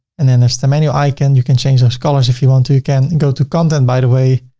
and then there's the menu icon. you can change those colors if you want to, you can and go to content by the way,